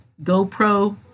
GoPro